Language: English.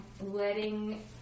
letting